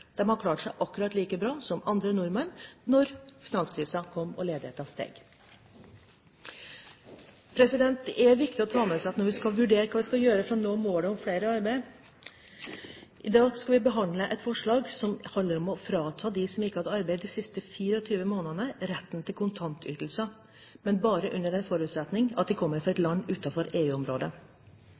seg akkurat like bra som andre nordmenn da finanskrisen kom og ledigheten steg. Det er det viktig å ta med seg når vi skal vurdere hva vi kan gjøre for å nå målet om flere i arbeid. I dag behandler vi et forslag som handler om å frata de som ikke har hatt arbeid de siste 24 månedene, retten til kontantytelser, men bare under forutsetning av at de kommer fra et land